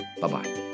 Bye-bye